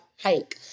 hike